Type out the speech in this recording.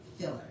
filler